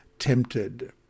tempted